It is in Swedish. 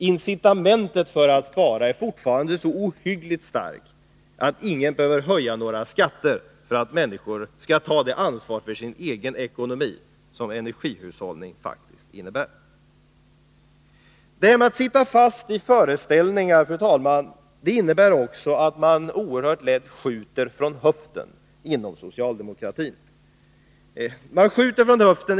Incitamentet för att spara är fortfarande så oerhört starkt, att ingen behöver höja några skatter för att människor skall ta det ansvar för sin egen ekonomi som en energihushållning faktiskt innebär. Fru talman! Att sitta fast i föreställningar innebär också att man inom socialdemokratin oerhört lätt ”skjuter från höften”.